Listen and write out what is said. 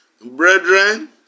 Brethren